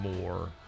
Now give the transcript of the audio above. more